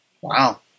Wow